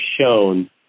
shown